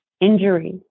injury